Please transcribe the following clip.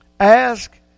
Ask